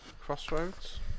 Crossroads